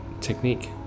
technique